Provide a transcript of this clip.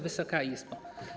Wysoka Izbo!